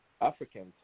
Africans